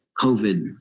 COVID